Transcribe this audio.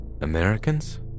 Americans